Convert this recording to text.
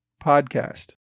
podcast